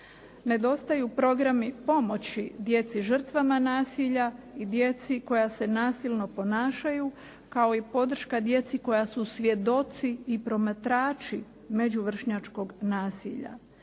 Nedostaju programi pomoći djeci žrtvama nasilja i djeci koja se nasilno ponašaju kao i podrška djeci koja su svjedoci i promatrači međuvršnjačkog nasilja.